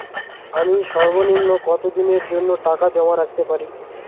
আমি সর্বনিম্ন কতদিনের জন্য টাকা জমা রাখতে পারি?